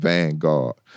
Vanguard